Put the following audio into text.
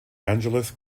angeles